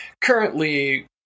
currently